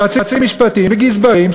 יועצים משפטיים וגזברים,